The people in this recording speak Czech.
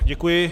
Děkuji.